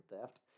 theft